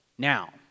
Now